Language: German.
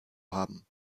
haben